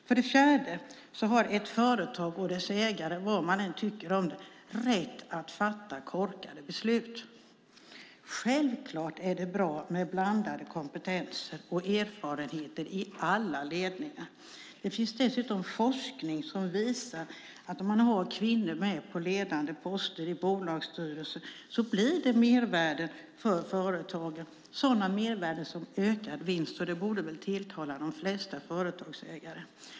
För det fjärde har ett företag och dess ägare, vad man än tycker om det, rätt att fatta korkade beslut. Självklart är det bra med blandade kompetenser och erfarenheter i alla ledningar. Det finns dessutom forskning som visar att om man har kvinnor på ledande poster i bolagsstyrelser innebär det mervärden för företagen, såsom ökad vinst, och det borde väl tilltala de flesta företagsägare.